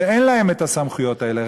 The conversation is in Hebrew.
שאין להם את הסמכויות האלה?